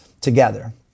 together